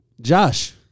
Josh